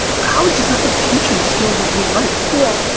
college is not gonna teach you the skills of real life. yeah,